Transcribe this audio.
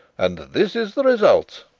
and this is the result.